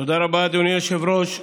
תודה רבה, אדוני היושב-ראש.